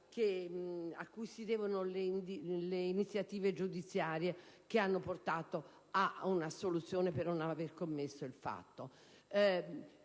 a cui si devono le iniziative giudiziarie che hanno portato ad una assoluzione per non aver commesso il fatto.